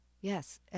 Yes